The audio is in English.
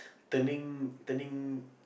turning turning